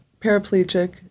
paraplegic